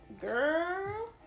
girl